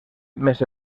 més